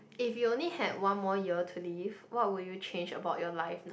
if you only had one more year to live what will you change about your life now